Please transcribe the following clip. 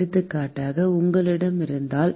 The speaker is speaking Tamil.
எடுத்துக்காட்டாக உங்களிடம் இருந்தால்